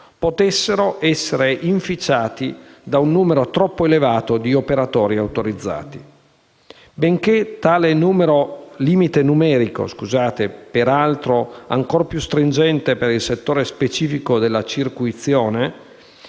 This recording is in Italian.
potessero essere inficiati da un numero troppo elevato di operatori autorizzati. Benché tale limite numerico (peraltro, ancor più stringente per il settore specifico della "circuizione"),